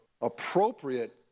appropriate